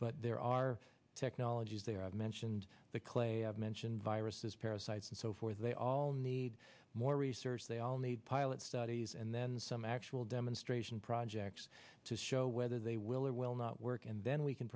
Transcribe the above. but there are technologies there i mentioned the clay i've mentioned viruses parasites and so forth they all need more research they all need pilots studies and then some actual demonstration projects to show whether they will or will not work and then we can